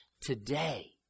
today